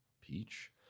Peach